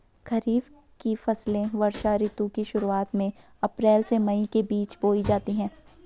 खरीफ की फसलें वर्षा ऋतु की शुरुआत में, अप्रैल से मई के बीच बोई जाती हैं